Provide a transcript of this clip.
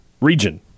Region